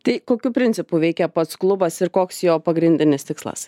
tai kokiu principu veikia pats klubas ir koks jo pagrindinis tikslas